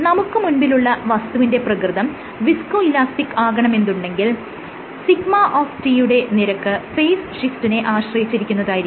നമുക്ക് മുൻപിലുള്ള വസ്തുവിന്റെ പ്രകൃതം വിസ്കോ ഇലാസ്റ്റിക് ആകണമെന്നുണ്ടെകിൽ σ യുടെ നിരക്ക് ഫേസ് ഷിഫ്റ്റിനെ ആശ്രയിച്ചിരിക്കുന്നതായിരിക്കണം